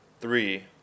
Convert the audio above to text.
Three